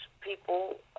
people